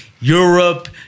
Europe